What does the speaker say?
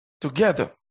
together